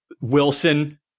Wilson